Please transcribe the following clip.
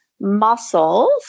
muscles